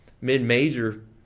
mid-major